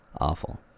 awful